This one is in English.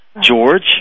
George